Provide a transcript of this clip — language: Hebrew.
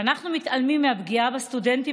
כשאנחנו מתעלמים מהפגיעה בסטודנטים